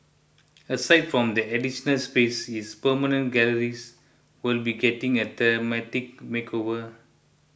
aside from the additional spaces its permanent galleries will be getting a thematic makeover